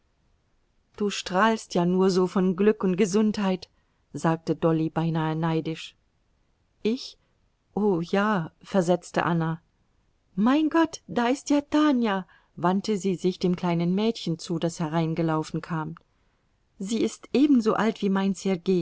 du strahlst ja nur so von glück und gesundheit sagte dolly beinahe neidisch ich o ja versetzte anna mein gott da ist ja tanja wandte sie sich dem kleinen mädchen zu das hereingelaufen kam sie ist ebenso alt wie mein